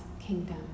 kingdom